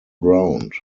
ground